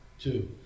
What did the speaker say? two